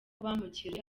bamurekuye